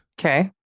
okay